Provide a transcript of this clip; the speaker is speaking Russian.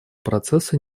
процесса